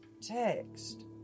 text